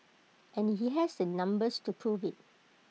and he has the numbers to prove IT